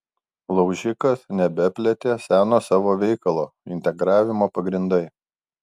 laužikas nebeplėtė seno savo veikalo integravimo pagrindai